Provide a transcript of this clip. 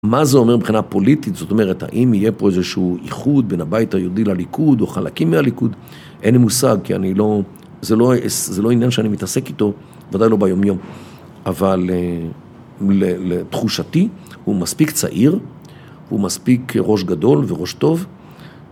מה זה אומר מבחינה פוליטית, זאת אומרת, האם יהיה פה איזשהו איחוד בין הבית היהודי לליכוד או חלקים מהליכוד, אין לי מושג, כי זה לא עניין שאני מתעסק איתו, ודאי לא ביומיום, אבל לתחושתי הוא מספיק צעיר, הוא מספיק ראש גדול וראש טוב.